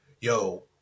yo